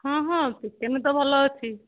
ହଁ ହଁ ଚିକେନ୍ ତ ଭଲ ଅଛି